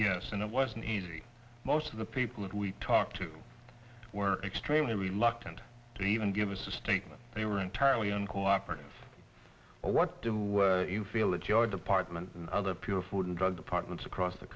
yes and it was an easy most of the people that we talked to were extremely reluctant to even give us a statement they were entirely uncooperative or what do you feel that your department and other pure food and drug departments across the